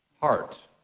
heart